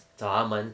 找他们